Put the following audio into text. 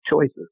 choices